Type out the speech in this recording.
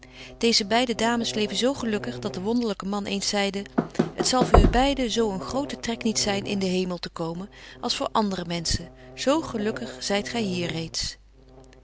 deeze beide dames leven zo gelukkig dat de wonderlyke man eens zeide het zal voor u beiden zo een grote trek niet zyn in den hemel te komen als voor andre menschen zo gelukkig zyt gy hier reeds